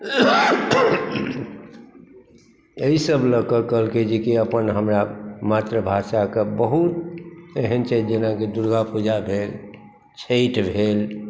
एहि सभ लकऽ कहलकै जे कि हमर अपना मातृभाषाके बहुत एहन छै जेनाकि दुर्गा पूजा भेल छठि भेल